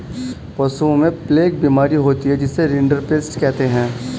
पशुओं में प्लेग बीमारी होती है जिसे रिंडरपेस्ट कहते हैं